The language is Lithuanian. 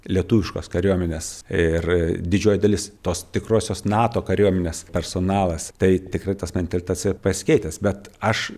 lietuviškos kariuomenės ir didžioji dalis tos tikrosios nato kariuomenės personalas tai tikrai tas mentalitetas yra pasikeitęs bet aš